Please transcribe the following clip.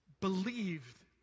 believed